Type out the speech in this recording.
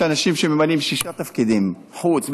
יש אנשים שממלאים שישה תפקידים: חוץ,